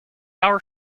our